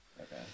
Okay